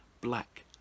black